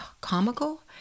comical